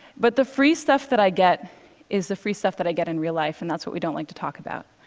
but the free stuff that i get is the free stuff that i get in real life, and that's what we don't like to talk about.